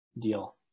deal